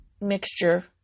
mixture